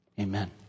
Amen